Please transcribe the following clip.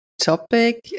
topic